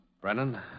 Brennan